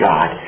God